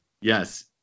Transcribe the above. Yes